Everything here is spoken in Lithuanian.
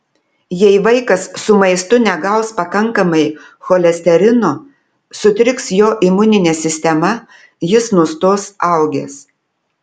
jei vaikas su maistu negaus pakankamai cholesterino sutriks jo imuninė sistema jis nustos augęs